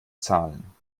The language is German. zahlen